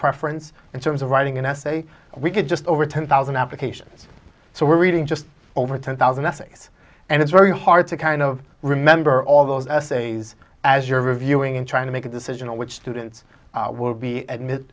preference in terms of writing an essay we could just over ten thousand applications so we're reading just over ten thousand essays and it's very hard to kind of remember all those essays as you're reviewing and trying to make a decision on which students will be at mit